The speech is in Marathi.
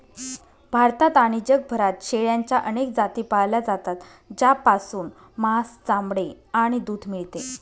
भारतात आणि जगभरात शेळ्यांच्या अनेक जाती पाळल्या जातात, ज्यापासून मांस, चामडे आणि दूध मिळते